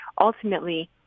ultimately